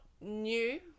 new